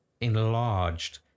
enlarged